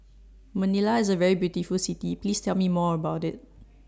Manila IS A very beautiful City Please Tell Me More about IT